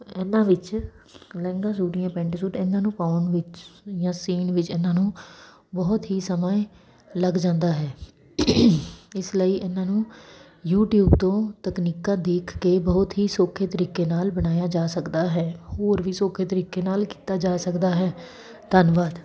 ਇਹਨਾਂ ਵਿੱਚ ਲਹਿੰਗਾ ਸੂਟ ਜਾਂ ਪੈਂਟ ਸੂਟ ਇਹਨਾਂ ਨੂੰ ਪਾਉਣ ਵਿੱਚ ਜਾਂ ਸਿਉਣ ਵਿੱਚ ਇਹਨਾਂ ਨੂੰ ਬਹੁਤ ਹੀ ਸਮਾਂ ਲੱਗ ਜਾਂਦਾ ਹੈ ਇਸ ਲਈ ਇਹਨਾਂ ਨੂੰ ਯੂਟੀਊਬ ਤੋਂ ਤਕਨੀਕਾਂ ਦੇਖ ਕੇ ਬਹੁਤ ਹੀ ਸੌਖੇ ਤਰੀਕੇ ਨਾਲ ਬਣਾਇਆ ਜਾ ਸਕਦਾ ਹੈ ਹੋਰ ਵੀ ਸੋਖੇ ਤਰੀਕੇ ਨਾਲ ਕੀਤਾ ਜਾ ਸਕਦਾ ਹੈ ਧੰਨਵਾਦ